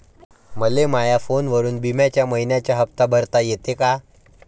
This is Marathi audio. मले माया फोनवरून बिम्याचा मइन्याचा हप्ता भरता येते का?